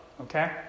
okay